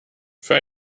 für